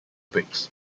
bricks